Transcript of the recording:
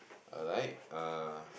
alright uh